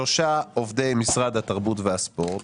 שלושה עובדי משרד התרבות והספורט,